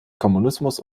kommunismus